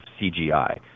CGI